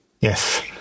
yes